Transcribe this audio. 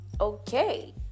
okay